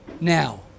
now